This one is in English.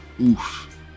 oof